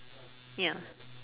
ya